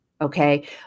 Okay